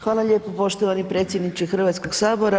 Hvala lijepo poštovani predsjedniče Hrvatskog sabora.